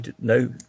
no